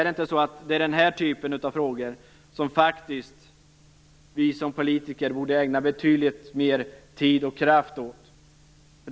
Det är väl den här typen av frågor som vi som politiker borde ägna betydligt mer tid och kraft åt.